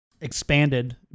expanded